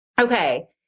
Okay